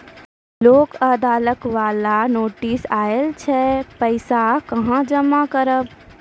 लोक अदालत बाला नोटिस आयल छै पैसा कहां जमा करबऽ?